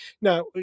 Now